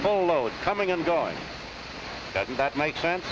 full load coming and going doesn't that make sense